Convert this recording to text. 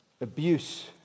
abuse